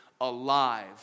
alive